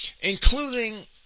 including